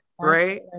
Right